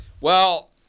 Well-